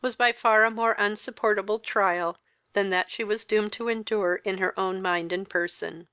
was by far a more insupportable trial than that she was doomed to endure in her own mind and person.